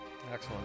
Excellent